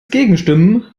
gegenstimmen